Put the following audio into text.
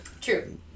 True